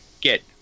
get